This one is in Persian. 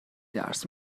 درس